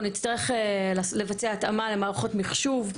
אנחנו נצטרך לבצע התאמה למערכות מחשוב.